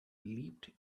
leaped